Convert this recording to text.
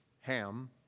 Ham